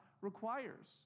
requires